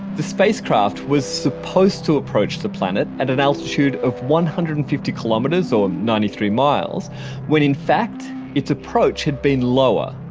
the spacecraft was supposed to approach the planet at an altitude of one hundred and fifty kilometers or ninety three miles when in fact its approach had been lower,